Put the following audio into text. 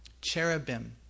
Cherubim